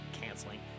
canceling